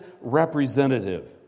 representative